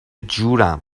جورم